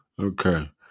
Okay